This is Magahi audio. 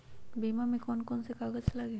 बीमा में कौन कौन से कागज लगी?